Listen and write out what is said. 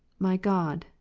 my god,